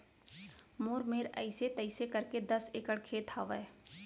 मोर मेर अइसे तइसे करके दस एकड़ खेत हवय